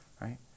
right